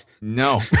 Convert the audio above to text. No